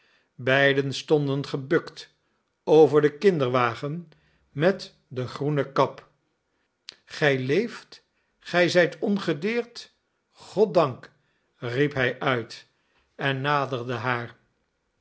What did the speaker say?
beiden stonden gebukt over de kinderwagen met de groene kap gij leeft gij zijt ongedeerd goddank riep hij uit en naderde haar